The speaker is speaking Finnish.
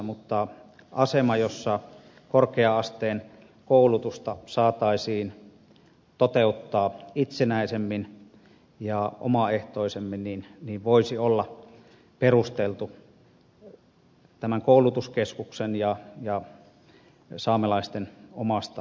mutta asema jossa korkea asteen koulutusta saataisiin toteuttaa itsenäisemmin ja omaehtoisemmin voisi olla perusteltu tämän koulutuskeskuksen kannalta ja saamelaisten omasta lähtökohdasta käsin